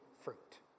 fruit